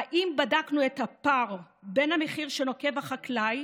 האם בדקנו את הפער בין המחיר שנוקב החקלאי